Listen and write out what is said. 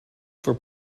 for